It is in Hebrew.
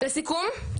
לסיכום,